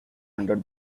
under